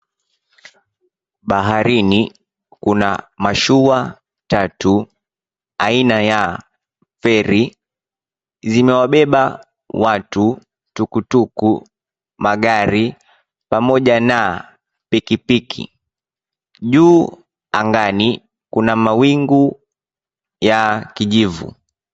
Baharini Kuna mashua tatu aina ya feri zimewabeba watu, tukutuku, magari, pamaoja na pikipiki. Juu angani kuna mawingu ya kijivu.